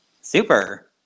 Super